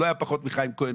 לא היה פחות מחיים כהן